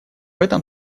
этом